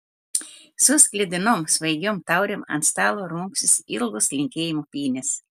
su sklidinom svaigiom taurėm ant stalo rungsis ilgos linkėjimų pynės